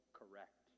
correct